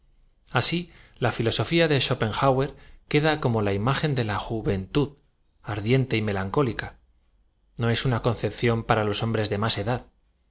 así la filosoña de schopenhauer queda como la im agen de la juventud ardiente y melancó lica no es una concepción para hombres de más edad